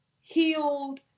healed